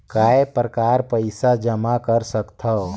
काय प्रकार पईसा जमा कर सकथव?